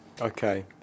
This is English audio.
Okay